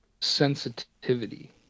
sensitivity